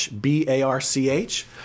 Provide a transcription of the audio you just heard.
b-a-r-c-h